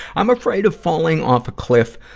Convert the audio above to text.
i'm afraid of falling off a cliff,